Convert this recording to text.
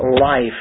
life